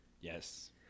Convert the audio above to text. Yes